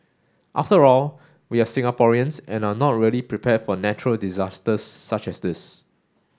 after all we're Singaporeans and are not really prepared for natural disasters such as this